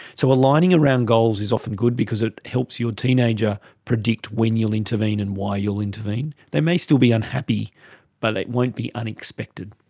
so aligning around goals is often good because it helps your teenager predict when you will intervene and why you will intervene. they may still be unhappy but it won't be unexpected.